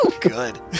good